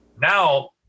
Now